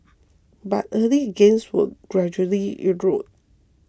but early gains were gradually eroded